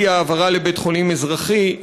אי-העברה לבית-חולים אזרחי,